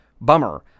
bummer